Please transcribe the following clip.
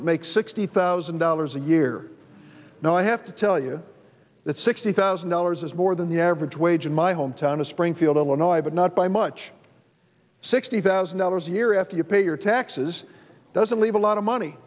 that makes sixty thousand dollars a year now i have to tell you that sixty thousand dollars is more than the average wage in my hometown of springfield illinois but not by much sixty thousand dollars a year after you pay your taxes doesn't leave a lot of money